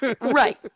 right